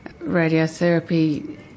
radiotherapy